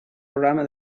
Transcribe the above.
programa